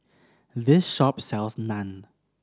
this shop sells Naan